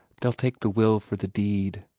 they'll take the will for the deed,